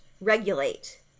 regulate